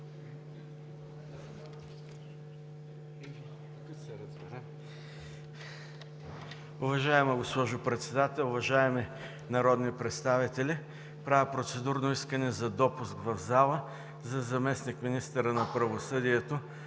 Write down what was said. Уважаема госпожо Председател, уважаеми народни представители! Правя процедурно искане за допуск в залата на заместник-министъра на правосъдието